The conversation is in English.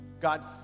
God